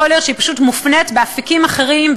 יכול להיות שהיא פשוט מופנית לאפיקים אחרים,